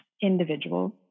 individuals